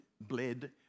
bled